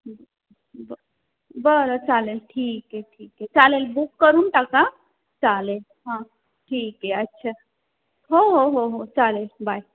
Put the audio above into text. बरं बरं चालेल ठीक आहे ठीक आहे चालेल बुक करून टाका चालेल हां ठीक आहे अच्छा हो हो हो चालेल बाय